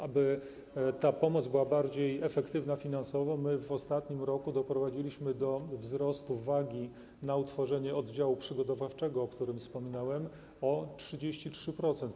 Aby ta pomoc była bardziej efektywna finansowo, w ostatnim roku doprowadziliśmy do wzrostu wagi na utworzenie oddziału przygotowawczego, o którym wspominałem, o 33%.